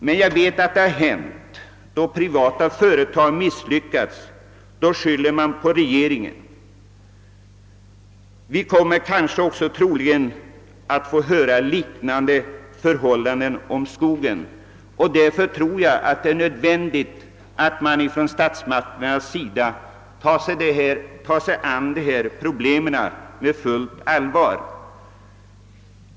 Men vi vet att när de privata företagen misslyckats har man skyllt på regeringen. Jag skulle tro att vi kommer att få höra liknande uttalanden när det gäller skogen. Därför anser jag det vara nödvändigt att statsmakterna griper sig an dessa problem på fullt allvar.